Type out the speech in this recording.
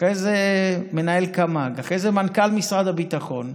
אחרי זה מנהל קמ"ג, אחרי זה מנכ"ל משרד הביטחון.